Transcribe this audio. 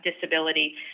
disability